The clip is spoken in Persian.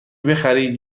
بخرید